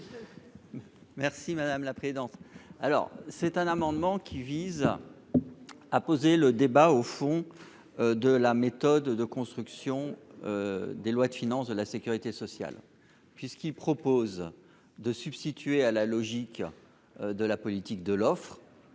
Merci madame la présidente, alors c'est un amendement qui vise à poser le débat au fond de la méthode de construction des lois de finances de la Sécurité sociale, puisqu'il propose de substituer à la logique de la politique de l'offre